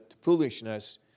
foolishness